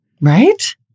right